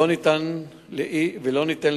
לא ניתן לאיש,